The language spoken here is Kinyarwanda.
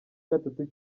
gatatu